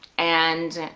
and